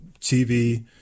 TV